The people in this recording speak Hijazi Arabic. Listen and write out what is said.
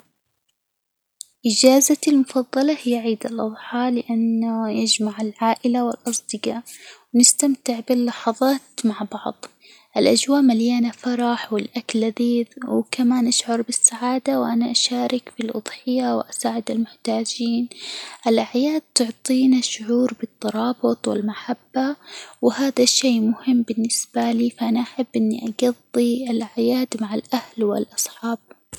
إجازتي المفضلة هي عيد الأظحى، لأنه يجمع العائلة والأصدجاء، نستمتع باللحظات مع بعض، الأجواء مليانة فرح، والأكل لذيذ، وكمان أشعر بالسعادة وأنا أشارك في الأضحية وأساعد المحتاجين، الأعياد تعطينا شعور بالترابط والمحبة، وهذا شيء مهم بالنسبة لي، فأنا أحب إني أجضي الأعياد مع الأهل والأصحاب.